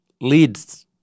leads